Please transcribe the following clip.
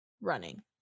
running